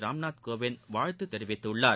ராம்நாத் கோவிந்த் வாழ்த்து தெரிவித்துள்ளார்